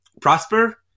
prosper